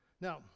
Now